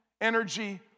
energy